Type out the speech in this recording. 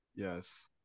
Yes